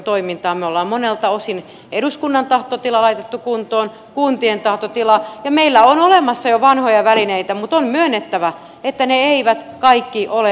me olemme monelta osin eduskunnan tahtotilan laittaneet kuntoon kuntien tahtotilan ja meillä on olemassa jo vanhoja välineitä mutta on myönnettävä että ne eivät kaikki ole riittäviä